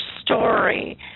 story